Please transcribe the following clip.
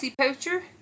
poacher